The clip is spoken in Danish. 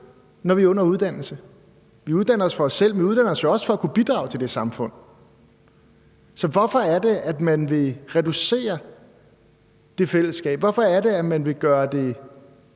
når vi er under uddannelse. Vi uddanner os for os selv, men vi uddanner os jo også for at kunne bidrage til samfundet. Så hvorfor er det, at man vil reducere det fællesskab? Hvorfor er det, at man vil gøre det